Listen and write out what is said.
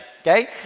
Okay